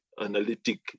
analytic